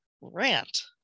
rant